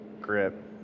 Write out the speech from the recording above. grip